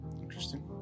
Interesting